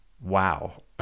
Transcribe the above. Wow